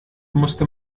musste